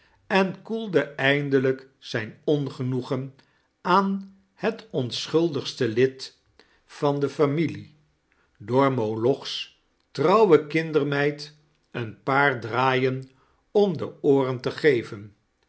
en koelde eindelijk zijn ongenoegen aan het onschuldigste lid van de familie door moloch's trouwe kindermeid een paar draaien om de ooren te geven